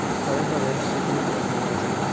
ꯎꯝ ꯐꯔꯦ ꯐꯔꯦ ꯑꯗꯨꯗꯤ ꯌꯥꯝ ꯅꯨꯡꯉꯥꯏꯖꯔꯦ